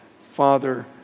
Father